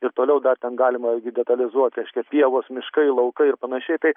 ir toliau dar ten galima jį detalizuot reiškia pievos miškai laukai ir panašiai tai